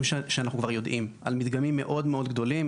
שאנחנו כבר יודעים על מדגמים מאוד גדולים,